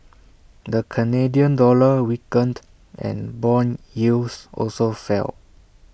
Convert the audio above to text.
the Canadian dollar weakened and Bond yields also fell